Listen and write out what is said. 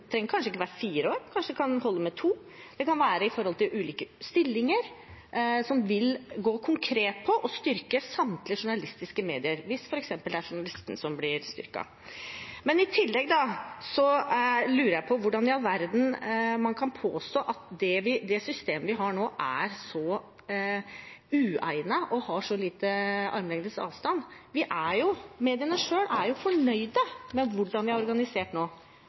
trenger kanskje ikke være fire år, kanskje kan det holde med to. Det kan handle om ulike stillinger som konkret vil dreie seg om å styrke samtlige journalistiske medier, hvis det f.eks. er journalisten som blir styrket. Men i tillegg lurer jeg på hvordan i all verden man kan påstå at det systemet vi har nå, er så uegnet og har så lite armlengdes avstand. Mediene selv er jo fornøyd med hvordan de er organisert nå.